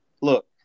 look